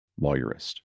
lawyerist